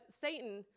Satan